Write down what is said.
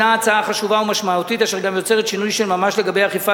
היא הצעה חשובה ומשמעותית שגם יוצרת שינוי של ממש לגבי אכיפת